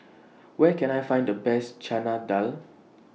Where Can I Find The Best Chana Dal